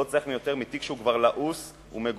לא צריך יותר מזה לתיק שכבר לעוס ומגובש.